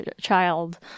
child